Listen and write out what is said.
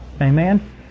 Amen